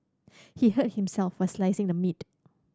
he hurt himself while slicing the meat